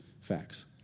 facts